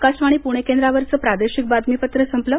आकाशवाणी पुणे केंद्रावरचं प्रादेशिक बातमीपत्र संपलं